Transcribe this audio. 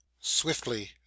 swiftly